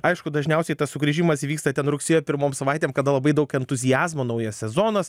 aišku dažniausiai tas sugrįžimas įvyksta ten rugsėjo pirmom savaitėm kada labai daug entuziazmo naujas sezonas